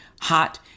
hot